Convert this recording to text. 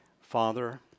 Father